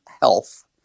health